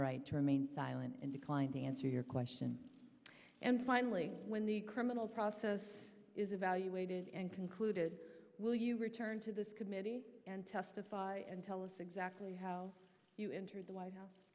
right to remain silent and declined to answer your question and finally when the criminal process is evaluated and concluded will you return to this committee and testify and tell us exactly how you entered the white house